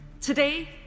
Today